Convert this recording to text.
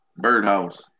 birdhouse